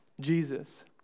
Jesus